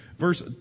Verse